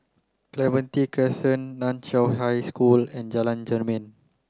Clementi Crescent Nan Chiau High School and Jalan Jermin